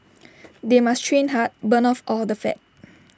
they must train hard burn off all the fat